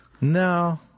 No